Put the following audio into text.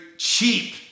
Cheap